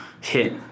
hit